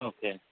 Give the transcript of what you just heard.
okay